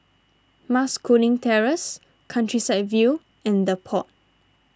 Mas Kuning Terrace Countryside View and the Pod